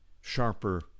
sharper